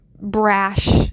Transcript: brash